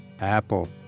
Apple